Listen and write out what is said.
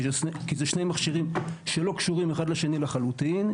כי אלה שני מכשירים שלא קשורים אחד לשני לחלוטין.